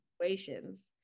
situations